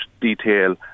detail